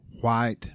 white